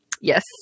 Yes